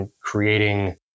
creating